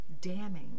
damning